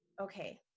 okay